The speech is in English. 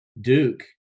duke